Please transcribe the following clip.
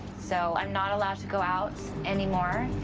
so i'm not allowed to go out anymore?